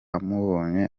amubonye